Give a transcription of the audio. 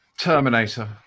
Terminator